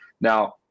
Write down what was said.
now